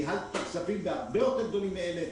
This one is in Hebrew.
ניהלתי כספים הרבה יותר גדולים מאלה,